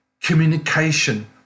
communication